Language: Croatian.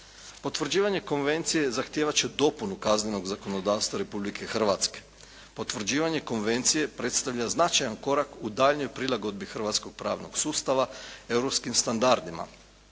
Potvrđivanje konvencije zahtijevat će dopunu kaznenog zakonodavstva Republike Hrvatske. Potvrđivanje konvencije predstavlja značajan korak u daljnjoj prilagodbi hrvatskog pravnog sustava europskim standardima.